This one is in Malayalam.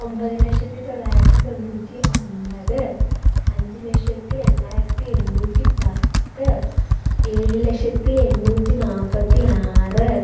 ഒമ്പത് ലക്ഷത്തി തൊള്ളായിരത്തി തൊണ്ണൂറ്റി ഒമ്പത് അഞ്ച് ലക്ഷത്തി എണ്ണായിരത്തി എണ്ണൂറ്റി പത്ത് ഏഴ് ലക്ഷത്തി എണ്ണൂറ്റി നാൽപ്പത്തി ആറ്